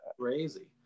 crazy